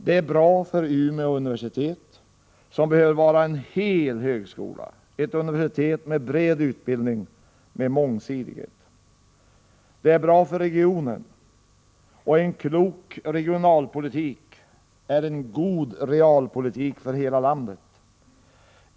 Det är bra för Umeå universitet, som behöver vara en hel högskola, ett universitet med bred utbildning och mångsidighet. Det är bra för regionen, och en klok regionalpolitik är en god realpolitik för hela landet.